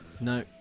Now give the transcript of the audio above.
No